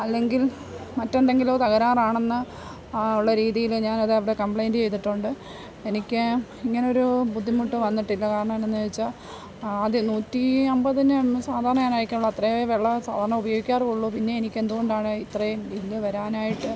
അല്ലെങ്കിൽ മറ്റെന്തെങ്കിലും തകരാറാണെന്ന് ഉള്ള രീതിയിൽ ഞാൻ അത് അവിടെ കംപ്ലയിൻറ് ചെയ്തിട്ടുണ്ട് എനിക്ക് ഇങ്ങനൊരു ബുദ്ധിമുട്ട് വന്നിട്ടില്ല കാരണം എന്തെന്നു ചോദിച്ചാൽ അത് നൂറ്റിയമ്പതിന് സാധാരണ ഞാൻ അയയ്ക്കയുള്ളൂ അത്രേ വെള്ളം സാധാരണ ഉപയോഗിക്കാറുള്ളൂ പിന്നെ എനിക്ക് എന്തുകൊണ്ടാണ് ഇത്രയും ബിൽ വരാനായിട്ട്